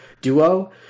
duo